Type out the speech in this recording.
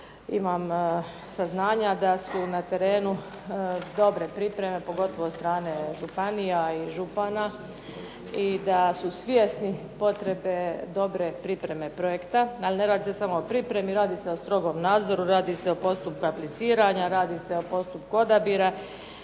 imam saznanja da su na terenu dobre pripreme, pogotovo od strane županija i župana i da su svjesni potrebe dobre pripreme projekta, ali ne radi se samo o pripremi, radi se o strogom nadzoru, radi se o postupku apliciranja, radi se o postupku odabira